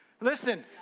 Listen